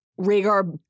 Rhaegar